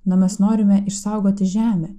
na mes norime išsaugoti žemę